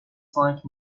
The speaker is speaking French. cinq